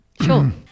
Sure